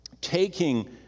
taking